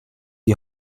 die